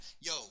Yo